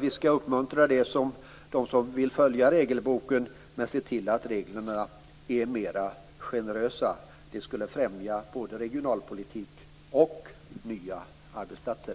Vi skall uppmuntra dem som vill följa regelboken, men vi skall se till att reglerna blir mer generösa. Det skulle främja både regionalpolitik och nya arbetsplatser.